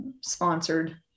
sponsored